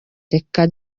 reka